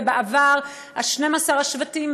ובעבר 12 השבטים,